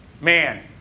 Man